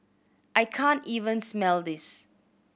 I can't even smell this